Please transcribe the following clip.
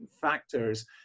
factors